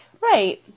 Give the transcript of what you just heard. Right